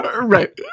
Right